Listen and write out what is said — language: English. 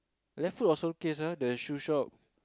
Left-Foot or Solecase ah the shoe shop